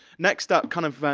next up, kind of,